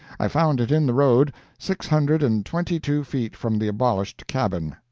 i found it in the road, six hundred and twenty-two feet from the abolished cabin.